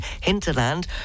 Hinterland